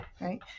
right